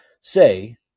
say